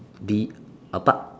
be apart